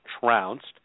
trounced